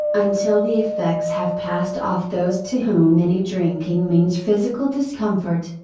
until the effects have passed off those to whom any drinking means physical discomfort,